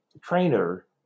trainer